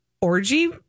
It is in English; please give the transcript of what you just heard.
orgy